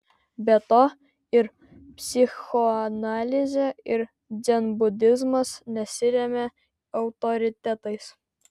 be to ir psichoanalizė ir dzenbudizmas nesiremia autoritetais